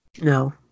No